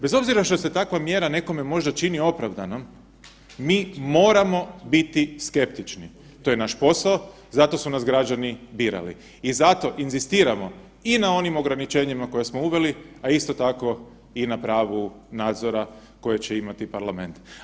Bez obzira što se takva mjera nekome možda čini opravdanom mi moramo biti skeptični, to je naš posao za to su nas građani birali i zato inzistiramo i na onim ograničenjima koje smo uveli, a isto tako i na pragu nadzora koje će imati parlament.